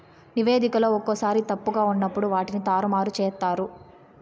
నివేదికలో ఒక్కోసారి తప్పుగా ఉన్నప్పుడు వాటిని తారుమారు చేత్తారు